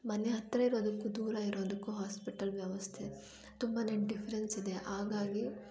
ಮನೆ ಹತ್ತಿರ ಇರೋದಕ್ಕೂ ದೂರ ಇರೋದಕ್ಕೂ ಹಾಸ್ಪಿಟಲ್ ವ್ಯವಸ್ಥೆ ತುಂಬಾ ಡಿಫ್ರೆನ್ಸಿದೆ ಹಾಗಾಗಿ